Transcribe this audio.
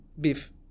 beef